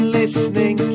listening